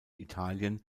italien